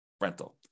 rental